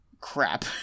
Crap